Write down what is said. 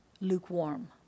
lukewarm